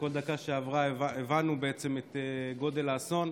כשבכל דקה שעברה הבנו בעצם את גודל האסון,